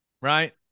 Right